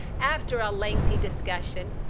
after a lengthy discussion,